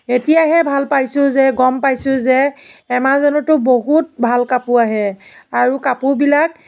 এতিয়াহে ভাল পাইছোঁ যে গম পাইছোঁ যে এমাজনতো বহুত ভাল কাপোৰ আহে আৰু কাপোৰবিলাক